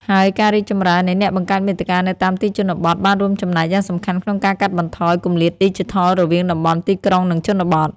ហើយការរីកចម្រើននៃអ្នកបង្កើតមាតិកានៅតាមទីជនបទបានរួមចំណែកយ៉ាងសំខាន់ក្នុងការកាត់បន្ថយគម្លាតឌីជីថលរវាងតំបន់ទីក្រុង និងជនបទ។